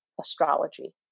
astrology